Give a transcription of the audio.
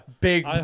big